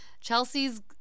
Chelsea's